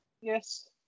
Yes